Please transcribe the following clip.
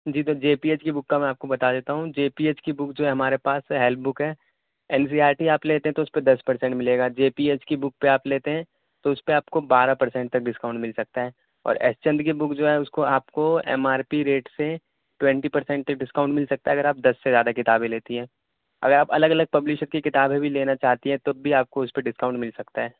جی تو J P H کی book کا میں آپ کو بتا دیتا ہوں جے پی ایچ کی بک جو ہے ہمارے پاس ہیلپ بک ہے ایل جی آئی ٹی آپ لیتے ہیں تو اس پہ دس پر سنٹ ملے گا جے پی ایچ کی بک پہ آپ لیتے ہیں تو اس پہ آپ کو بارہ پر سنٹ تک ڈسکاؤنٹ مل سکتا ہے اور ایس چند کی بک جو ہے اس کو آپ کو ایم آر پی ریٹ سے ٹوئنٹی پر سنٹ ڈسکاؤنٹ مل سکتا ہے اگر آپ دس سے زیادہ کتابیں لیتی ہیں اگر آپ الگ الگ پبلشر کی کتابیں بھی لینا چاہتی ہیں تب بھی آپ کو اس پہ ڈسکاؤنٹ مل سکتا ہے